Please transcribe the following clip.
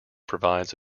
provides